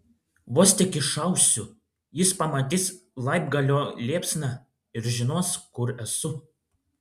vos tik iššausiu jis pamatys laibgalio liepsną ir žinos kur esu